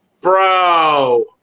Bro